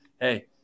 hey